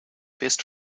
best